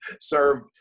serve